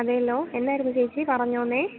അതെയല്ലോ എന്തായിരുന്നു ചേച്ചി പറഞ്ഞുകൊള്ളൂ